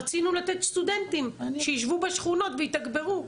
רצינו לתת סטודנטים שישבו בשכונות ויתגברו.